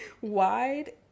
wide